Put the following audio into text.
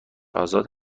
آزاد